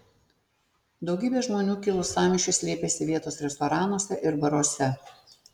daugybė žmonių kilus sąmyšiui slėpėsi vietos restoranuose ir baruose